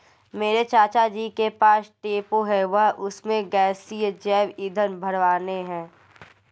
मेरे चाचा जी के पास टेंपो है वह उसमें गैसीय जैव ईंधन भरवाने हैं